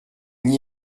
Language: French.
n’y